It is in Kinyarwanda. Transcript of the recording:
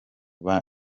bane